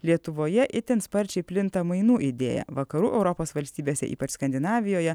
lietuvoje itin sparčiai plinta mainų idėja vakarų europos valstybėse ypač skandinavijoje